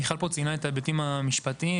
מיכל ציינה את ההיבטים המשפטיים,